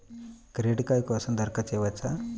Credit card కోసం దరఖాస్తు చేయవచ్చా?